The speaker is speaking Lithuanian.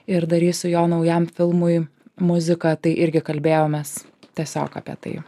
ir darysiu jo naujam filmui muziką tai irgi kalbėjomės tiesiog apie tai